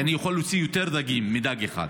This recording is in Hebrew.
-- כי אני יכול להוציא יותר דגים מדג אחד.